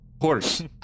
Horse